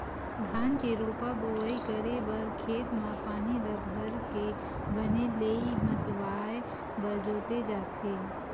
धान के रोपा बोवई करे बर खेत म पानी ल भरके बने लेइय मतवाए बर जोते जाथे